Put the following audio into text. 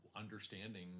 understanding